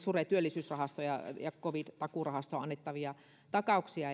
sure työllisyysrahastoon ja ja covid takuurahastoon annettavia takauksia